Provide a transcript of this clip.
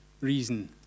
reason